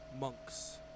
monks